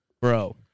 bro